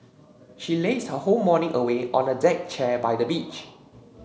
she lazed her whole morning away on a deck chair by the beach